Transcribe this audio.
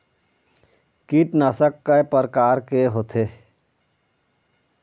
कीटनाशक कय प्रकार के होथे?